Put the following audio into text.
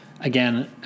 again